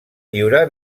lliurar